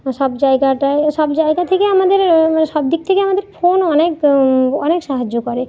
সব জায়গাটায় সব জায়গা থেকে আমাদের সব দিক থেকে আমাদের ফোন অনেক অনেক সাহায্য করে